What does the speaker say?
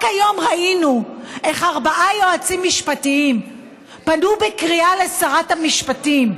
רק היום ראינו איך ארבעה יועצים משפטיים פנו בקריאה לשרת המשפטים,